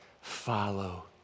follow